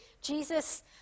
Jesus